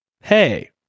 Hey